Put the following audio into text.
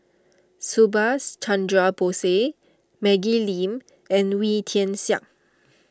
Subhas Chandra Bose Maggie Lim and Wee Tian Siak